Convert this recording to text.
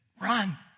run